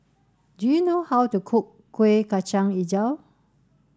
do you know how to cook Kuih Kacang Hijau